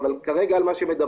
אבל כרגע על מה שמדברים: